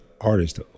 artist